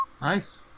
Nice